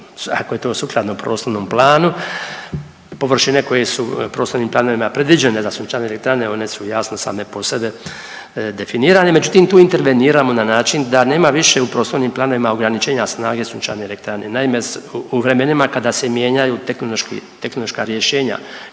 ako je to sukladno prostornom planu, površine koje su prostornim planovima predviđene za sunčane elektrane one su jasno same po sebi definirane, međutim tu interveniramo na način da nema više u prostornim planovima ograničenja snage sunčane elektrane. Naime, u vremenima kada se mijenjaju tehnološki,